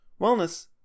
wellness